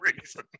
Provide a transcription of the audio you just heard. reason